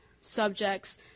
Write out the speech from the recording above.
subjects